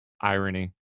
irony